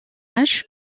âge